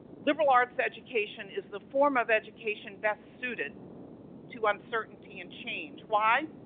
liberal arts education is the form of education best suited to uncertainty and change. why?